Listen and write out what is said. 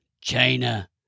China